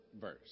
verse